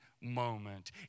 moment